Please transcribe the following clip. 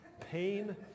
pain